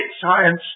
science